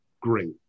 great